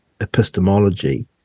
epistemology